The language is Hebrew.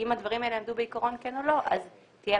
ואם הדברים האלה יעמדו או לא בעיקרון אז תהיה